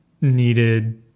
needed